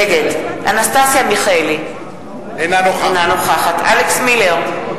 נגד אנסטסיה מיכאלי, אינה נוכחת אלכס מילר,